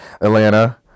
Atlanta